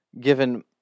given